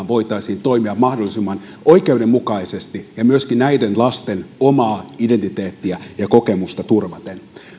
voitaisiin toimia mahdollisimman oikeudenmukaisesti ja myöskin näiden lasten omaa identiteettiä ja kokemusta turvaten